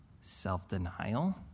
self-denial